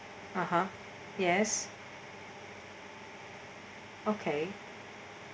(uh huh) yes okay